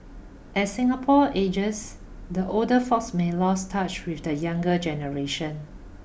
as Singapore ages the older folk may lose touch with the younger generation